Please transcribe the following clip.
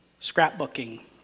scrapbooking